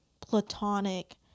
platonic